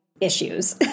issues